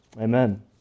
Amen